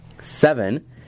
seven